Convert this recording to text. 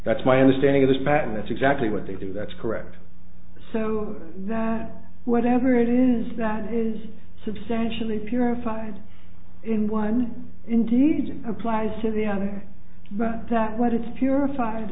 that's my understanding of this fact and that's exactly what they do that's correct so that whatever it is that is substantially purified in one indeed applies to the other that what it's here a